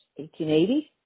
1880